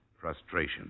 frustration